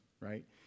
right